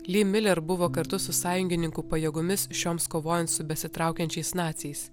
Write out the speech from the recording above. ly miler buvo kartu su sąjungininkų pajėgomis šioms kovojant su besitraukiančiais naciais